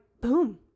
boom